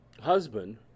husband